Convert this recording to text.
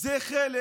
זה חלק